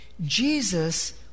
Jesus